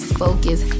focus